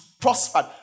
Prospered